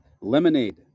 Lemonade